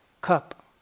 cup